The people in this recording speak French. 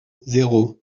zéro